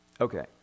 Okay